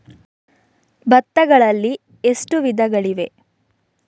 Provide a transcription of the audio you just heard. ಭತ್ತಗಳಲ್ಲಿ ಎಷ್ಟು ವಿಧಗಳಿವೆ?